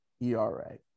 ERA